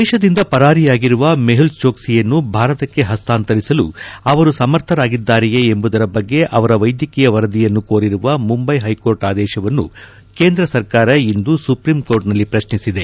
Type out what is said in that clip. ದೇಶದಿಂದ ಪರಾರಿಯಾಗಿರುವ ಮೆಹುಲ್ ಚೋಕ್ಲಿಯನ್ನು ಭಾರತಕ್ಕೆ ಹಸ್ತಾಂತರಿಸಲು ಅವರು ಸಮರ್ಥರಾಗಿದ್ದಾರೆಯೇ ಎಂಬುದರ ಬಗ್ಗೆ ಅವರ ವೈದ್ಯಕೀಯ ವರದಿಯನ್ನು ಕೋರಿರುವ ಮುಂಬೈ ಹೈಕೋರ್ಟ್ ಆದೇಶವನ್ನು ಕೇಂದ್ರ ಸರ್ಕಾರ ಇಂದು ಸುಪ್ರೀಂ ಕೋರ್ಟ್ನಲ್ಲಿ ಪ್ರಶ್ನಿಸಿದೆ